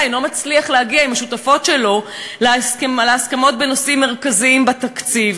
לא מצליח להגיע עם השותפות שלו להסכמות בנושאים מרכזיים בתקציב,